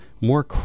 more